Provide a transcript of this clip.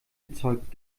erzeugt